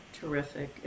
terrific